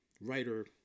Writer